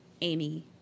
Amy